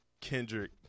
Kendrick